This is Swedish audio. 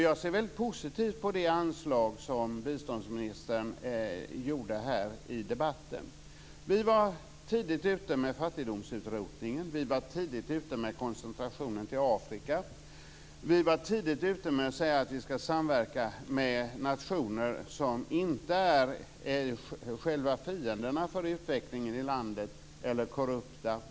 Jag ser positivt på det anslag som biståndsministern gjorde här i debatten. Vi var tidigt ute med fattigdomsutrotningen. Vi var tidigt ute med konsultationer med Afrika. Vi var tidigt ute med att säga att vi skall samverka med regimer som inte är själva fienderna för utvecklingen i landet eller korrupta.